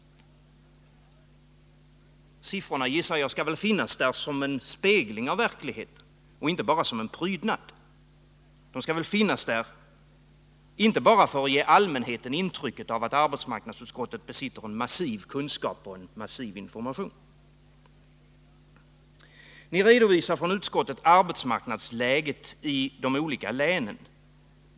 Jag antar att siffrorna skall finnas där som en spegling av verkligheten och inte bara som en prydnad. De skall väl finnas där inte bara för att ge allmänheten intrycket att arbetsmarknadsutskottet besitter en massiv kunskap och en massiv information. Utskottet redovisar med diverse tal arbetsmarknadsläget i de olika länen.